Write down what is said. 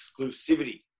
exclusivity